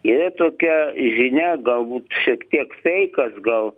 yra tokia žinia galbūt šiek tiek feikas gal